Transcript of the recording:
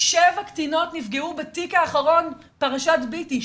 שבע קטינות נפגעו בתיק האחרון, פרשת ביטי.